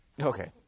Okay